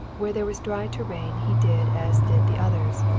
where there was dry terrain he did as did the others,